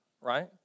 right